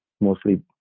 mostly